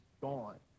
gone